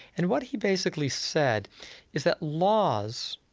and what he basically said is that laws,